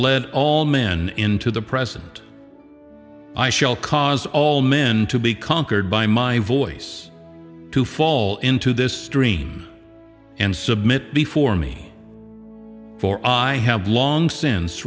led all men into the present i shall cause all men to be conquered by my voice to fall into this stream and submit before me for i have long since